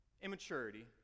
Immaturity